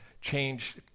change